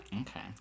Okay